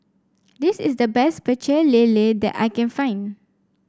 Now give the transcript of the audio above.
this is the best Pecel Lele that I can find